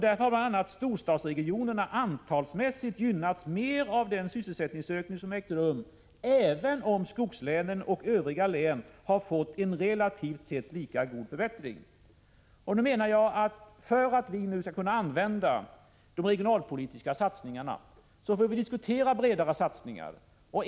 Därför har bl.a. storstadsregionerna antalsmässigt gynnats mer av den sysselsättningsökning som ägt rum — även om skogslänen och övriga län har fått en relativt sett lika god förbättring. För att vi nu skall kunna använda de regionalpolitiska satsningarna, måste vi diskutera bredare satsningar.